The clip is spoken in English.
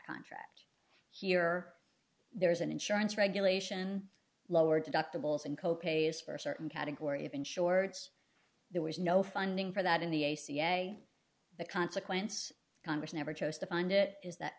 contract here there is an insurance regulation lower deductibles and co pays for a certain category of insureds there was no funding for that in the a cia the consequence congress never chose to fund it is that